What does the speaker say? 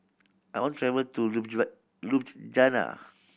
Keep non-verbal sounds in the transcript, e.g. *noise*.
I want to travel to *unintelligible* Ljubljana